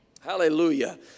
Hallelujah